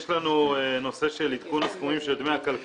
יש לנו נושא של עדכון סכומים של דמי הכלכלה.